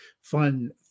fun